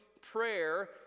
prayer